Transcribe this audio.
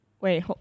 Wait